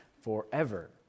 forever